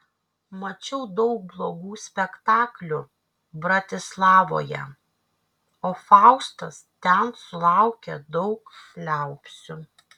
mačiau daug blogų spektaklių bratislavoje o faustas ten sulaukė daug liaupsių